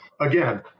again